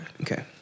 Okay